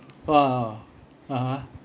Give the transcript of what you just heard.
uh (uh huh)